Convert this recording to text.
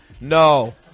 No